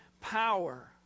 power